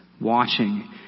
watching